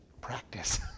practice